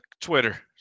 Twitter